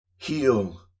Heal